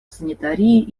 санитарии